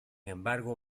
embargo